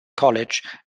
college